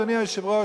אדוני היושב-ראש,